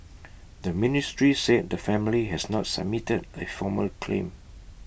the ministry said the family has not submitted A formal claim